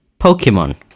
Pokemon